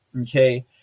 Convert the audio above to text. Okay